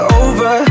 over